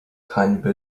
hańby